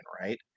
right